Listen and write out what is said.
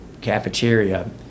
cafeteria